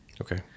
Okay